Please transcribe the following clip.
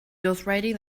ghostwriting